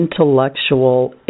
intellectual